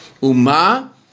Uma